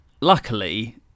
luckily